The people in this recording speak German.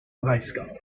breisgau